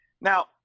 Now